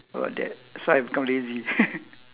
about that so I become lazy